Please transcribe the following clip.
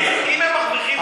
אם הם מרוויחים,